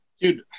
dude